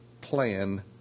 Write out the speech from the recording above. plan